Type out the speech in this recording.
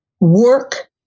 work